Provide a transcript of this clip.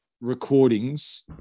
recordings